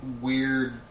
Weird